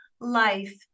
Life